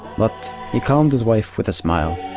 but he calmed his wife with a smile,